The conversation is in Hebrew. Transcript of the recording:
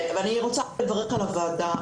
אני רוצה לברך על הוועדה,